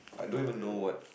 not really